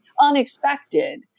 Unexpected